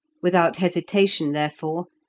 without hesitation, therefore,